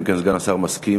אם כן, סגן השר מסכים.